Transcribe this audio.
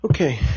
Okay